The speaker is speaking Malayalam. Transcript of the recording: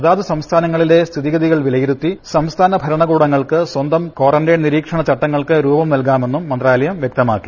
അതാത് സംസ്ഥാനങ്ങളിലെ സ്ഥിതിഗതികൾ വിലയിരുത്തി സംസ്ഥാന ട്ട്രണ കൂടങ്ങൾക്ക് സ്വന്തം ക്വാറന്റീൻ നിരീക്ഷണ ചട്ടങ്ങൾക്ക് രൂപ്പർന്ൻകാമെന്നും മന്ത്രാലയം വ്യക്തമാക്കി